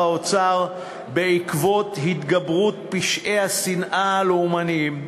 האוצר בעקבות התגברות פשעי השנאה הלאומניים,